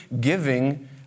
giving